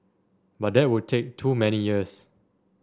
but that would take too many years